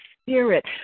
spirit